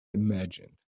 imagined